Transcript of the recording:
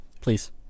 Please